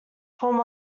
form